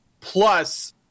plus